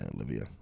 olivia